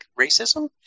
racism